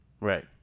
right